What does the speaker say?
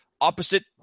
opposite